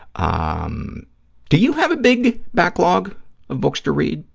um do you have a big backlog of books to read